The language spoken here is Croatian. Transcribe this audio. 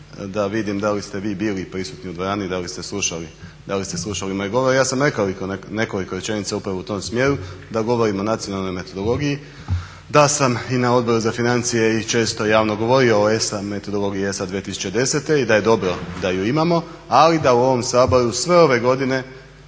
da vidim da li ste vi bili prisutni u dvorani i da li ste slušali moj govor. Ja sam rekao nekoliko rečenica upravo u tom smjeru da govorim o nacionalnoj metodologiji, da sam i na Odboru za financije i često javno govorio o ESA metodologiji ESA 2010.i da je dobro da ju imamo, ali da u ovom Saboru sve ove godine